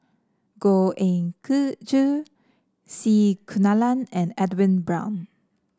Goh Ee Choo C Kunalan and Edwin Brown